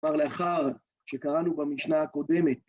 כבר לאחר, שקראנו במשנה הקודמת.